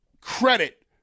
credit